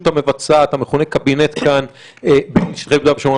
המבצעת המכונה קבינט כאן בשטחי יהודה ושומרון,